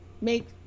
make